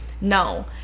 No